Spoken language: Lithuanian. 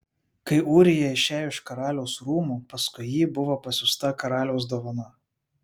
kai ūrija išėjo iš karaliaus rūmų paskui jį buvo pasiųsta karaliaus dovana